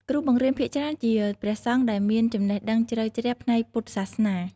គ្រូបង្រៀនភាគច្រើនជាព្រះសង្ឃដែលមានចំណេះដឹងជ្រៅជ្រះផ្នែកពុទ្ធសាសនា។